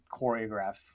choreograph